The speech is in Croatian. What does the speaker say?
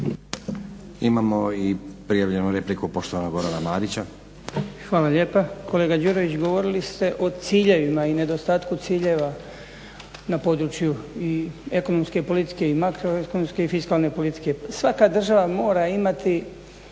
Imamo i prijavljenu repliku poštovanog Gorana Marića.